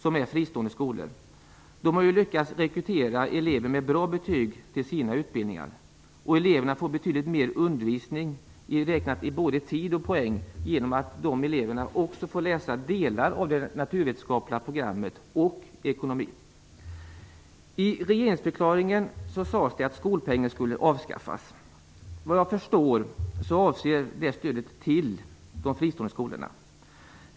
De är fristående skolor. De har lyckats rekrytera elever med bra betyg till sina utbildningar. Eleverna får betydligt mer undervisning räknat i både tid och poäng genom att eleverna också får läsa delar av det naturvetenskapliga programmet och ekonomi. I regeringsförklaringen sades det att skolpengen skulle avskaffas. Såvitt jag förstår gäller det stödet till de fristående skolorna.